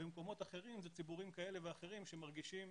במקומות אחרים אלה ציבורים כאלה ואחרים שמרגישים